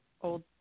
old